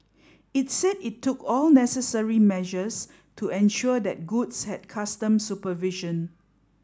it said it took all necessary measures to ensure that goods had customs supervision